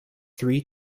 three